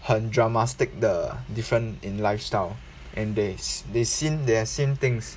很 dramatic 的 different in lifestyle and theys they seen their same things